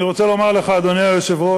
אני רוצה לומר לך, אדוני היושב-ראש,